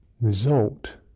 result